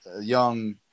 young